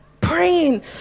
praying